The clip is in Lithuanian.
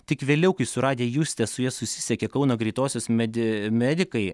tik vėliau kai suradę justę su ja susisiekė kauno greitosios medi medikai